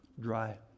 dry